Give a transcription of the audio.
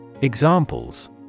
Examples